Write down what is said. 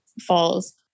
falls